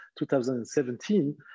2017